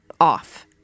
off